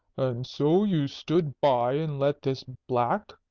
and so you stood by and let this black,